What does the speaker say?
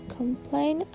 complain